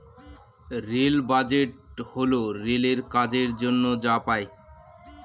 rail budget হল রেলের কাজের জন্য যা পাই